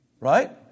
Right